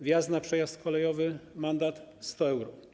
Wjazd na przejazd kolejowy - mandat 100 euro.